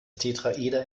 tetraeder